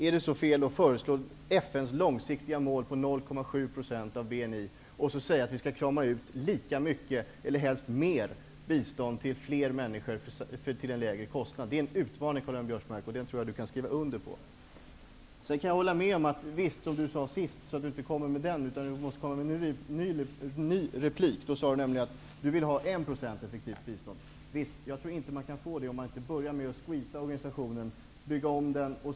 Är det då så fel att föreslå FN:s långsiktiga mål på 0,7 % av BNI och säga att vi skall krama ur lika mycket -- helst mer -- bistånd till fler människor; detta till en lägre kostnad? Det är en utmaning Karl-Göran Biörsmark, och den tror jag att Karl-Göran Biörsmark kan skriva under på. Jag kan hålla med om vikten av 1 % effektivt bistånd. Men jag tror inte att man kan få det om man inte först börjar krympa organisationen och bygga om den.